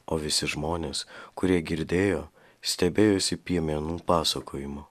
o visi žmonės kurie girdėjo stebėjosi piemenų pasakojimu